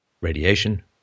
Radiation